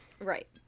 Right